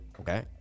okay